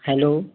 hello